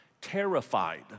Terrified